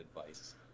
advice